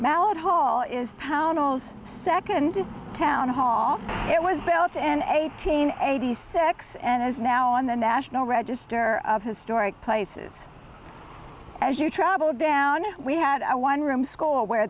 mallett hall is poundals second town hall it was built in eighteen eighty six and is now on the national register of historic places as you travel down and we had a one room school where